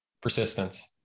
Persistence